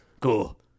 Cool